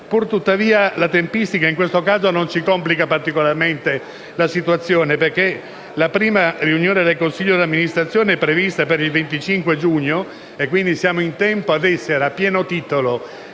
Pur tuttavia la tempistica in questo caso non complica particolarmente la situazione, perché la prima riunione del consiglio di amministrazione è prevista per il 25 giugno e, quindi, facciamo in tempo a essere a pieno titolo